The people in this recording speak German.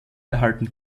erhalten